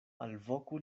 alvoku